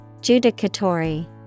Judicatory